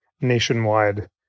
nationwide